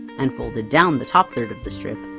and folded down the top third of the strip.